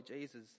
Jesus